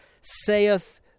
saith